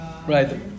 Right